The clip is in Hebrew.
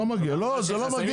זה לא מגיע לצרכן.